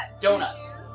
Donuts